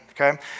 Okay